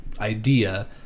idea